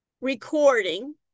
recording